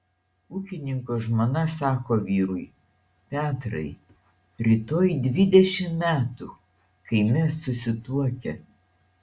ūkininko žmona sako vyrui petrai rytoj dvidešimt metų kai mes susituokę